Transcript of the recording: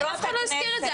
אף אחד לא הזכיר את זה.